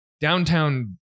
downtown